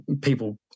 People